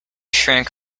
shrank